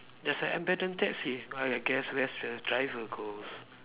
there's a abandoned taxi I guess where's the driver goes